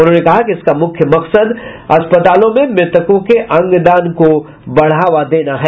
उन्होंने कहा कि इसका मुख्य मकसद अस्पतालों में मृतकों के अंग दान को बढ़ावा देना है